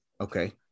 Okay